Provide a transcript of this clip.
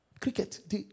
Cricket